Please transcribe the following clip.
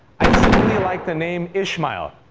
i simply liked the name ishmael.